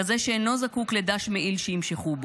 כזה שאינו זקוק לדש מעיל שימשכו בו.